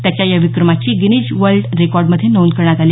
त्याच्या या विक्रमाची गिनिज वर्ल्ड रेकॉर्ड मध्ये नोंद घेण्यात आली